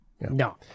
No